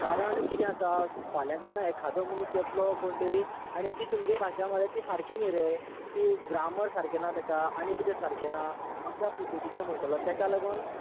कारण किदें आसा फाल्यां जेन्ना एखादो मनीस येतलो कोण तरी आनी ती तुमगें भाशा मरे ती सारकी न्ही रे ती ग्रामर सारकें ना तेका आनी किदें सारेकं ना अश्यां पध्दतीचे म्हणटलो तेका लागून